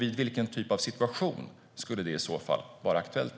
I vilken typ av situation skulle det i så fall vara aktuellt?